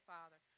Father